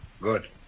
Good